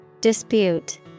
Dispute